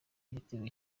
igitego